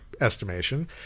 estimation